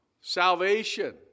Salvation